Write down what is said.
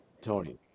Tony